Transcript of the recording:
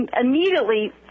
immediately